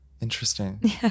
interesting